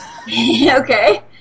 Okay